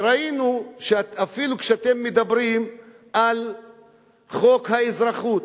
ראינו שאפילו כשאתם מדברים על חוק האזרחות,